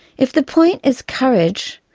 if the point is courage,